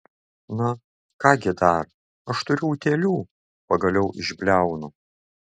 na ką gi dar aš turiu utėlių pagaliau išbliaunu